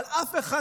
אבל אף אחד,